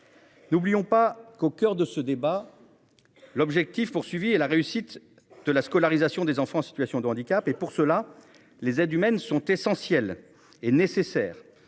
N'oublions pas qu'au coeur de ce débat. L'objectif poursuivi et la réussite de la scolarisation des enfants en situation de handicap et pour cela les aides humaines sont essentielles et nécessaires.